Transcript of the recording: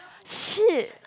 shit